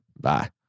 Bye